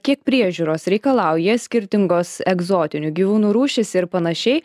kiek priežiūros reikalauja skirtingos egzotinių gyvūnų rūšys ir panašiai